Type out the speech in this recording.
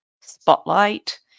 spotlight